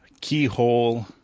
Keyhole